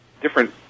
different